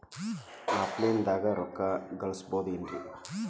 Offline ದಾಗ ರೊಕ್ಕ ಕಳಸಬಹುದೇನ್ರಿ?